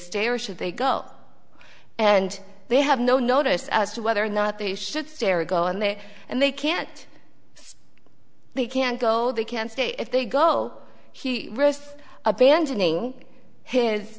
stay or should they go and they have no notice as to whether or not they should stay or go in there and they can't they can't go they can stay if they go he risks abandoning his